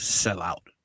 sellout